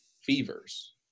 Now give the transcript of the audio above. fevers